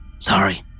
Sorry